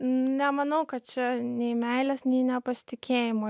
nemanau kad čia nei meilės nei nepasitikėjimo